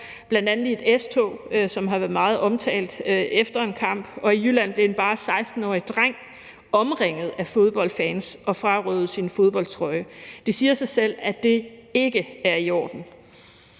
hold, bl.a. i et S-tog, som har været meget omtalt, efter en kamp, og i Jylland blev en bare 16-årig dreng omringet af fodboldfans og frarøvet sin fodboldtrøje. Det siger sig selv, at det ikke er i orden.